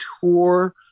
tour